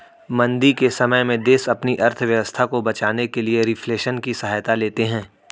मंदी के समय में देश अपनी अर्थव्यवस्था को बचाने के लिए रिफ्लेशन की सहायता लेते हैं